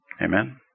Amen